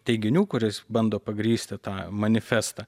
teiginių kur jis bando pagrįsti tą manifestą